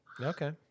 okay